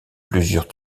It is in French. plusieurs